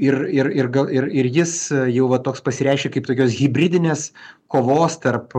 ir ir ir gal ir ir jis jau va toks pasireiškia kaip tokios hibridinės kovos tarp